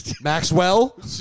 Maxwell